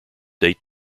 date